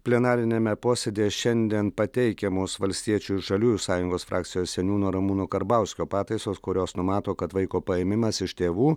plenariniame posėdyje šiandien pateikiamos valstiečių ir žaliųjų sąjungos frakcijos seniūno ramūno karbauskio pataisos kurios numato kad vaiko paėmimas iš tėvų